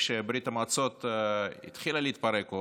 כשברית המועצות התחילה להתפרק,